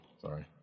Sorry